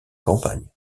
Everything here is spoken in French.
campagne